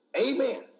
Amen